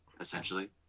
essentially